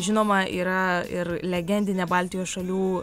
žinoma yra ir legendinė baltijos šalių